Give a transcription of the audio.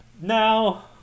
Now